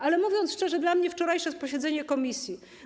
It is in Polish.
Ale mówiąc szczerze, dla mnie wczorajsze posiedzenie komisji.